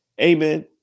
amen